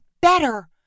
better